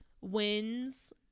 wins